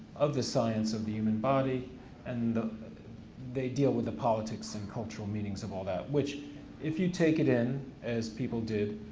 of the science of the human body and they deal with the politics and cultural meanings of all that which if you take it in as people did,